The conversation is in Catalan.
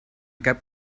cap